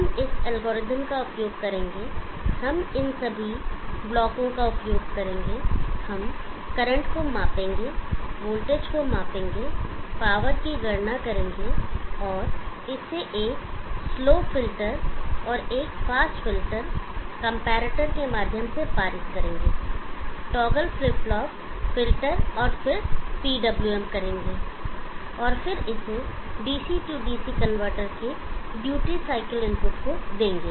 हम इस एल्गोरिथ्म का उपयोग करेंगे हम इन सभी ब्लॉकों का उपयोग करेंगे हम करंट को मापेंगे वोल्टेज को मापेंगे पावर की गणना करेंगे इसे एक स्लो फिल्टर और एक फास्ट फिल्टर कंपैरेटर के माध्यम से पारित करेंगे टॉगल फ्लिप फ्लॉप फिल्टर और फिर PWM करेंगे और फिर इसे डीसी डीसी कनवर्टर के ड्यूटी साइकिल इनपुट को देंगे